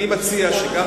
אני מציע שתשכילו להקשיב.